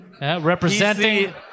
representing